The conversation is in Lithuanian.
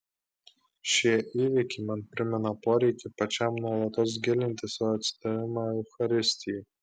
šie įvykiai man primena poreikį pačiam nuolatos gilinti savo atsidavimą eucharistijai